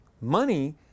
Money